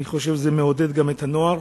אני חושב שזה מעודד גם את הנוער